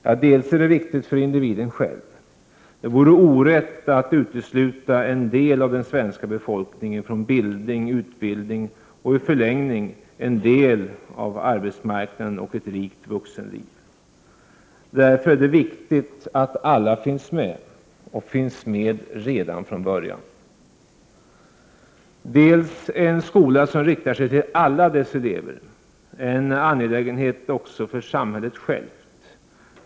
Det är för det första viktigt för individen själv. Det vore orätt att utesluta en del av den svenska befolkningen ifrån bildning, utbildning och i förlängningen en del av arbetsmarknaden och ett rikt vuxenliv. Det är viktigt att alla finns med — och det redan från början. För det andra är en skola som riktar sig till alla sina elever en angelägenhet också för samhället självt.